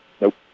Nope